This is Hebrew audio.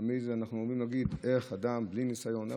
תמיד אנחנו אומרים: איך אדם בלי ניסיון,